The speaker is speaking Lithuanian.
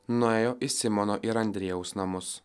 nuėjo į simono ir andriejaus namus